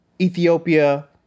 Ethiopia